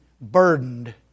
burdened